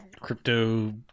crypto